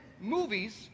Movies